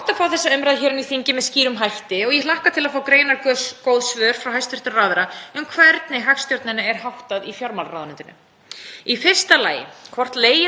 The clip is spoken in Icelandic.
Hefur legið fyrir aðgerðaáætlun í ráðuneytinu um viðbrögð við miklum kostnaðarhækkunum í hagkerfinu og á húsnæðismarkaði vegna Covid í ljósi skýrra merkja um verðþrýsting?